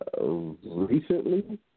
recently